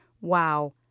Wow